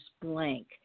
blank